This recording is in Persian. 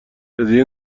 هدیه